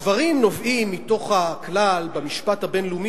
הדברים נובעים מתוך הכלל במשפט הבין-לאומי,